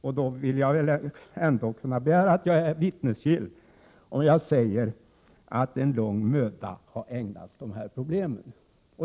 Därför kan jag väl ändå begära att bli betraktad som vittnesgill då jag säger att mycken möda har ägnats dessa problem.